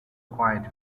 acquired